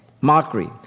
Mockery